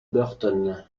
burton